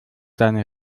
seine